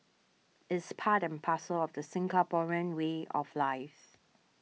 it's part and parcel of the Singaporean way of life